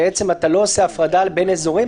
אתה לא עושה הפרדה בין אזורים,